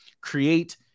create